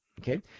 okay